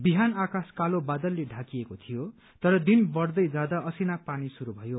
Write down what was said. बिहान आकाश कालो बादलले डाकिएको थियो तर दिन बढ़दै जाँदा असिना पानी शुरू भयो